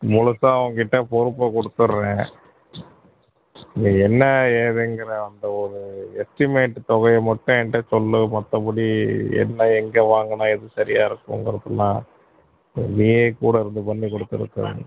முழுசாக உங்கிட்ட பொறுப்பை கொடுத்துட்றேன் நீ என்ன ஏதுங்கிற அந்த ஒரு எஸ்டிமேட் தொகையை மட்டும் என்கிட்ட சொல்லு மற்றபடி என்ன எங்கே வாங்கணும் எது சரியா இருக்குங்கிறதலாம் நீயே கூட இருந்து பண்ணிக் கொடுத்துரு